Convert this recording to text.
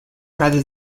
rather